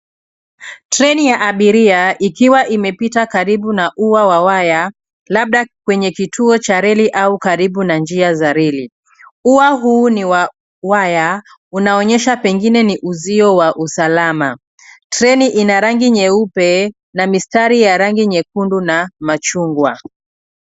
Treni ya abiria, ikiwa imepita karibu na ua wa waya, labda kwenye kituo cha reli au karibu na njia za reli. Ua huu ni wa waya, unaonyesha pengine ni uzio wa usalama. Treni ina rangi nyeupe na mistari ya rangi nyekundu na machungwa.